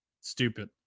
stupid